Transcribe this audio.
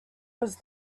was